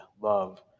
love